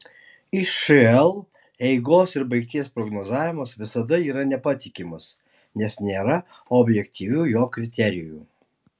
išl eigos ir baigties prognozavimas visada yra nepatikimas nes nėra objektyvių jo kriterijų